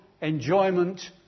enjoyment